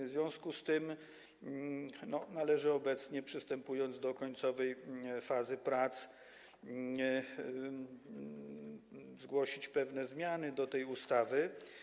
W związku z tym należy obecnie, przystępując do końcowej fazy prac, zgłosić pewne zmiany do tej ustawy.